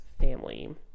family